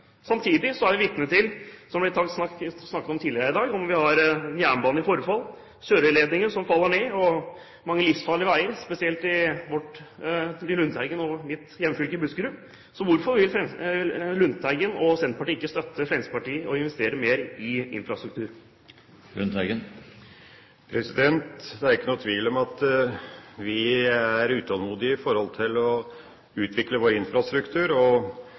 Samtidig er vi vitne til, som vi har snakket om tidligere i dag, at vi har en jernbane i forfall – kjøreledninger faller ned – og mange livsfarlige veier, spesielt i Lundteigens og mitt hjemfylke, Buskerud. Hvorfor vil Lundteigen og Senterpartiet ikke støtte Fremskrittspartiet i å investere mer i infrastruktur? Det er ikke noen tvil om at vi er utålmodige i forhold til å utvikle vår infrastruktur.